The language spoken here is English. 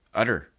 utter